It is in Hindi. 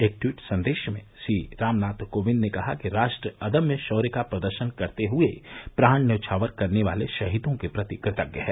एक ट्वीट संदेश में श्री रामनाथ कोविंद ने कहा कि राष्ट्र अदम्य शौर्य का प्रदर्शन करते हुए प्राण न्यौछावर करने वाले शहीदों के प्रति कृतज्ञ है